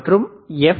மற்றும் எஃப்